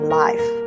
life